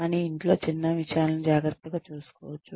కానీ ఇంట్లో చిన్న విషయాలను జాగ్రత్తగా చూసుకోవచ్చు